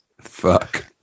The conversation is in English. fuck